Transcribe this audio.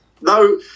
No